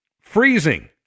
freezing